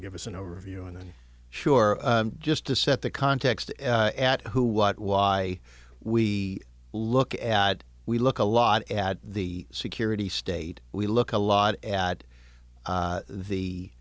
of give us an overview and i'm sure just to set the context at who what why we look at we look a lot at the security state we look a lot at